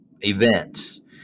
events